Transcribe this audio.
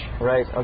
right